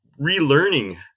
relearning